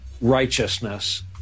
righteousness